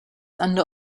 under